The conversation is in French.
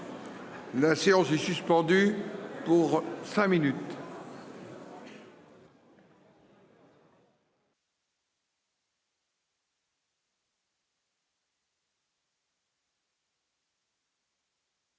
La séance est suspendue pour cinq minutes.